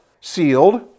sealed